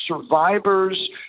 survivors